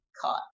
caught